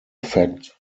fact